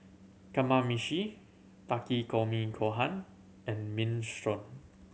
Kamameshi Takikomi Gohan and Minestrone